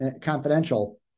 confidential